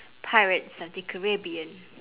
pirates of the caribbean